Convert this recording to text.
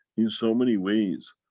in so many ways,